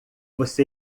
você